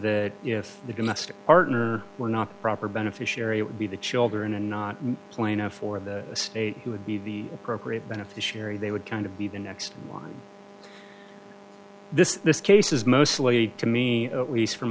that if the domestic partner were not proper beneficiary it would be the children and not plaintiff or the state who would be the appropriate beneficiary they would kind of be the next one this this case is mostly to me at least from